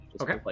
Okay